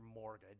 mortgage